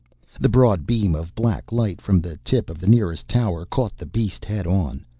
the broad beam of black light from the tip of the nearest tower caught the beast head on.